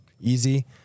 easy